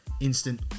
instant